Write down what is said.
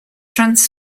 trans